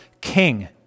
king